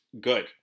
good